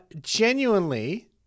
Genuinely